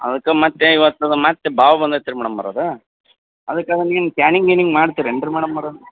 ಅದಕ್ಕೆ ಮತ್ತೆ ಇವತ್ತದು ಮತ್ತೆ ಬಾವು ಬಂದತ್ರಿ ಮೇಡಮ್ಮವ್ರೆ ಅದು ಅದಕ್ಕೆ ಒಂದೇನು ಸ್ಕ್ಯಾನಿಂಗ್ ಗೀನಿಂಗ್ ಮಾಡ್ತೀರೇನು ರೀ ಮೇಡಮ್ಮವ್ರೆ